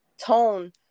tone